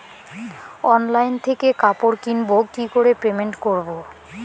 Online থেকে কাপড় কিনবো কি করে পেমেন্ট করবো?